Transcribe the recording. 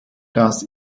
das